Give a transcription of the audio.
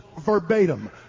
verbatim